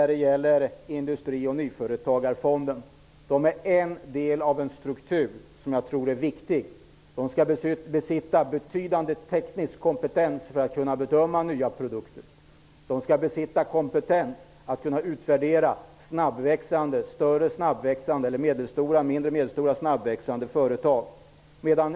Industri och nyföretagarfonden är en del av en struktur, som jag tror är viktig. Den skall besitta betydande teknisk kompetens för att kunna bedöma nya produkter. Den skall besitta kompetens för att utvärdera snabbväxande större, medelstora och mindre företag.